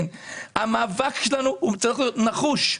המאבק שלנו צריך להיות נחוש,